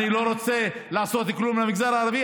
אני לא רוצה לעשות כלום במגזר הערבי,